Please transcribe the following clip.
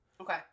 Okay